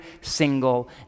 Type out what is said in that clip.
single